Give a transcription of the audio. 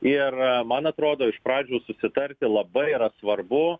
ir man atrodo iš pradžių susitarti labai yra svarbu